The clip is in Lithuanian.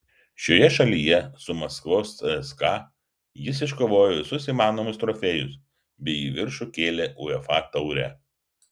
šioje šalyje su maskvos cska jis iškovojo visus įmanomus trofėjus bei į viršų kėlė uefa taurę